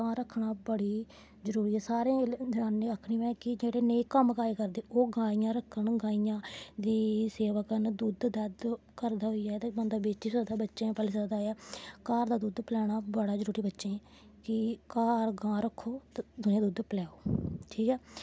गां रक्खना बड़ी जरूरी ऐ सारी जनानियें गी आक्खनी में कि कम्म काज करदे ओह् गाइयां रक्खन गाइयें दी सेवा करन दुद्ध दुद्ध घर दा होऐ ते बंदा बेची सकदा बच्चें गी पाली सकदा ऐ घर दा दुद्ध पलैना बड़ा जरूरी बच्चें गी कि घर गां रक्खो ते ओह्दा दुद्ध पलैओ ठीक ऐ